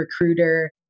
recruiter